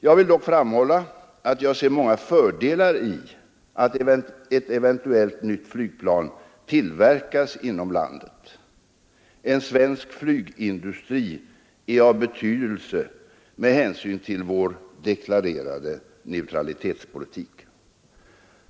Jag vill dock framhålla att jag ser många fördelar i att ett eventuellt nytt flygplan tillverkas inom landet. En svensk flygindustri är av betydelse med hänsyn till vår deklarerade neutralitetspolitik.